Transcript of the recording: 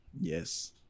Yes